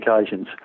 occasions